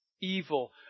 Evil